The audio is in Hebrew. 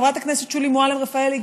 חברת הכנסת שולי מועלם-רפאלי,